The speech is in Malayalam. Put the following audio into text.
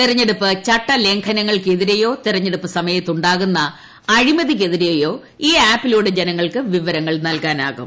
തിരഞ്ഞെടുപ്പ് ചട്ടലംഘനങ്ങൾക്ക്തിരെയോ തിരഞ്ഞെടുപ്പു സമയത്ത് ഉണ്ടാകുന്ന അഴിമതിക്കുതിരെയോ ഈ ആപ്പിലൂടെ ജനങ്ങൾക്ക് വിവരങ്ങൾ നൽകാനാകും